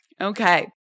Okay